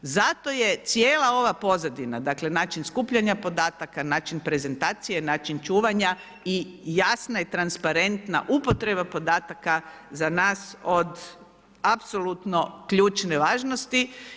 Zato je cijela ova pozadina, dakle, način skupljanja podataka, način prezentacije i način čuvanja i jasna i transparentna upotreba podataka za nas od apsolutno ključne važnosti.